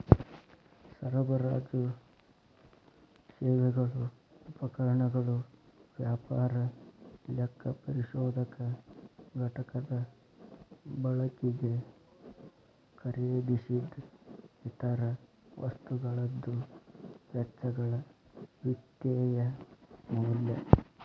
ಸರಬರಾಜು ಸೇವೆಗಳು ಉಪಕರಣಗಳು ವ್ಯಾಪಾರ ಲೆಕ್ಕಪರಿಶೋಧಕ ಘಟಕದ ಬಳಕಿಗೆ ಖರೇದಿಸಿದ್ ಇತರ ವಸ್ತುಗಳದ್ದು ವೆಚ್ಚಗಳ ವಿತ್ತೇಯ ಮೌಲ್ಯ